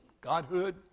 Godhood